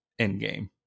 Endgame